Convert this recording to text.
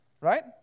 Right